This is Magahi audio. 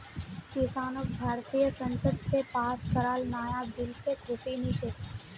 किसानक भारतीय संसद स पास कराल नाया बिल से खुशी नी छे